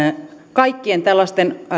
kaikkien tällaisten